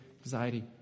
anxiety